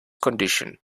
condition